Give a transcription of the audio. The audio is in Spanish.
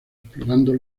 explorando